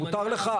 מותר לך.